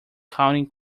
county